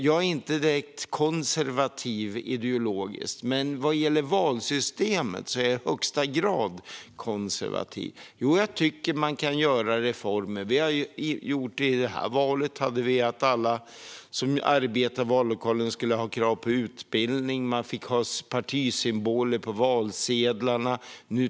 Jag är inte direkt konservativ ideologiskt, men vad gäller valsystemet är jag i högsta grad konservativ. Jag tycker att man kan göra reformer. I det här valet hade vi till exempel krav på att alla som arbetade i vallokalen skulle ha utbildning, och vi har tagit steget att man får ha partisymboler på valsedlarna.